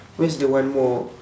where's the one more